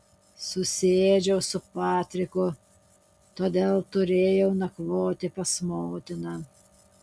susiėdžiau su patriku todėl turėjau nakvoti pas motiną